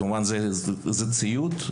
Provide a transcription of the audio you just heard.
כמובן, זה ציוד.